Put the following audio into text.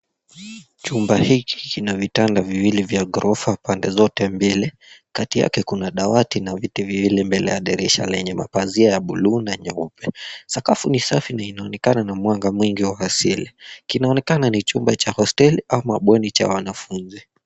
Chumba hiki kina vitanda viwili vya ghorofa pande zote mbili. Kati yake kuna dawati na viti viwili mbele ya dirisha lenye mapazia ya buluu na nyeupe. Sakafu ni safi na inaonekana na mwanga mwingi wa fasili. Kinaonekana ni chumba cha hosteli ama bweni cha wanafunzi.